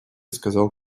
сказал